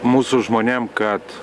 mūsų žmonėm kad